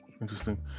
Interesting